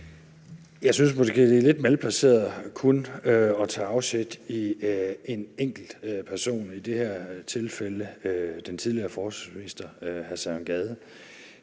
Jeg synes måske, det er lidt malplaceret kun at tage afsæt i en enkelt person, i det her tilfælde den tidligere forsvarsminister hr. Søren Gade.